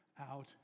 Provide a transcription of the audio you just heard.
out